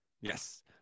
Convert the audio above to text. Yes